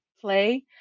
play